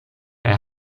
kaj